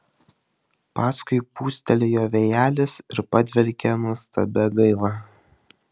paskui pūstelėjo vėjelis ir padvelkė nuostabia gaiva